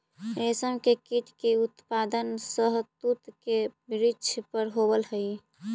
रेशम के कीट के उत्पादन शहतूत के वृक्ष पर होवऽ हई